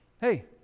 hey